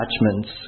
attachments